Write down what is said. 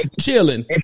chilling